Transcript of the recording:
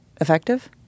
effective